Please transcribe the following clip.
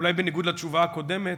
ואולי בניגוד לתשובה הקודמת,